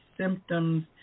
symptoms